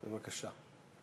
בבקשה.